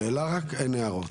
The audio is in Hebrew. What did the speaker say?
שאלה רק אין הערות,